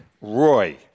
Roy